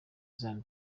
zion